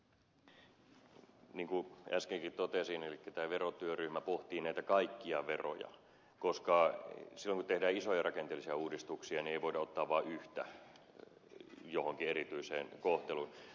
niin kuin äskenkin totesin tämä verotyöryhmä pohtii näitä kaikkia veroja koska silloin kun tehdään isoja rakenteellisia uudistuksia ei voida ottaa vain yhtä johonkin erityiseen kohteluun